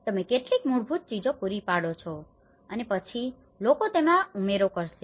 તમે કેટલીક મૂળભૂત ચીજો પૂરી પાડો છો અને પછી લોકો તેમાં ઉમેરો કરશે